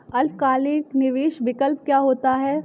अल्पकालिक निवेश विकल्प क्या होता है?